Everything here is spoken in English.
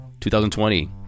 2020